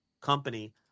company